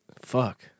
fuck